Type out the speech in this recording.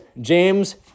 James